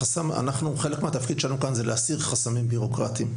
חלק מהתפקיד שלנו כאן זה להסיר חסמים בירוקרטים.